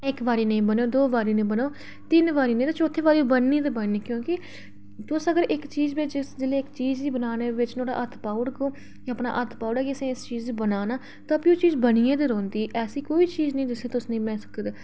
इक बारी निं बनग दौ बारी निं बनग तीन बारी निं बनग ते चौथी बारी बनग गै बनग तुस इक बारी उस चीज बिच जेल्लै बनाने गी हत्थ पाई ओड़गे ओ ते हत्थ पाई ओड़गे कि असें इस चीज गी हत्थ पाना ऐ ते भी ओह् चीज बनियै गै रौंह्दी ऐसी कोई बी चीज नेईं जिसी तुस बनाई निं सकदे